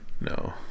No